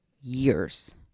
years